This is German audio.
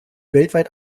weltweit